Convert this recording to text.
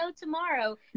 tomorrow